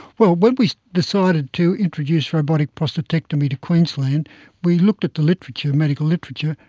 well, when we decided to introduce robotic prostatectomy to queensland we looked at the literature, the medical literature,